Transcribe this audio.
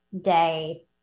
day